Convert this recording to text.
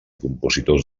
compositors